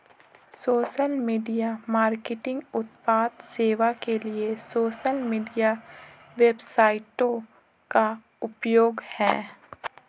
social media marketing उत्पाद सेवा के लिए सोशल मीडिया वेबसाइटों का उपयोग है